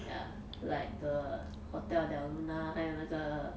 ya like the hotel del luna 还有那个